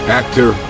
actor